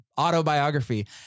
autobiography